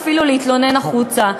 ואפילו להתלונן החוצה.